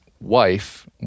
wife